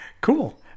Cool